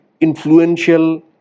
influential